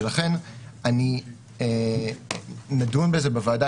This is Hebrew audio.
ולכן נדון בזה בוועדה,